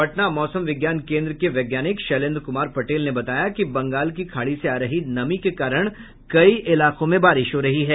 पटना मौसम विज्ञान केन्द्र के वैज्ञानिक शैलेन्द्र कुमार पटेल ने बताया कि बंगाल की खाड़ी से आ रही नमी के कारण बारिश हो रही है